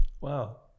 Wow